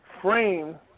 frame